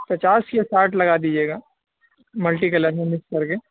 پچاس یا ساٹھ لگا دیجیے گا ملٹی کلر میں مکس کر کے